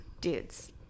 dudes